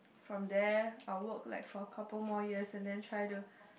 from there I will work like for a couple more years and then try to